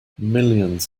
millions